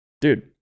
dude